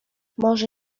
może